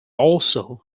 also